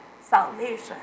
salvation